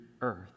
earth